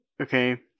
Okay